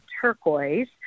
turquoise